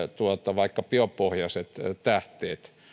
vaikkapa biopohjaiset tähteet